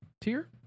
tier